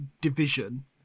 Division